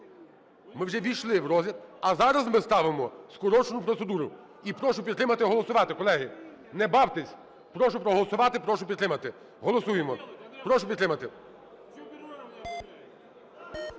ми вже ввійшли в розгляд. А зараз ми ставимо скорочену процедуру. І прошу підтримати, голосувати. Колеги, не бавтесь. Прошу проголосувати. Прошу підтримати. Голосуємо. Прошу підтримати.